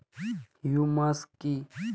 Humus কি?